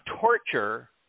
torture